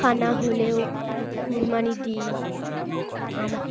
খানা হলেও কুরমানি দিই আমার